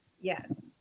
Yes